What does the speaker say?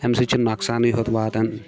اَمہِ سۭتۍ چھِ نۄقصانٕے ہوت واتَان